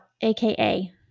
AKA